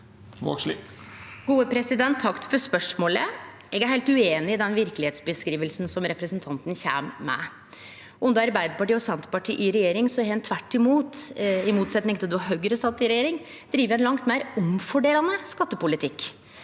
(A) Takk for spørsmålet. Eg er heilt ueinig i den verkelegheitsbeskrivinga som representanten kjem med. Under Arbeidarpartiet og Senterpartiet si regjering har ein tvert imot, i motsetning til då Høgre sat i regjering, drive ein langt meir omfordelande skattepolitikk.